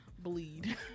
bleed